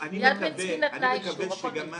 מכון